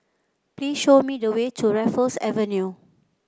please show me the way to Raffles Avenue